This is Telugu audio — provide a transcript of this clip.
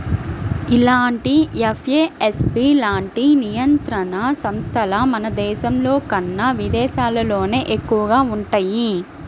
ఇలాంటి ఎఫ్ఏఎస్బి లాంటి నియంత్రణ సంస్థలు మన దేశంలోకన్నా విదేశాల్లోనే ఎక్కువగా వుంటయ్యి